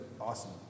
awesome